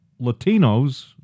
Latinos